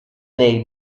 nei